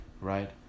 right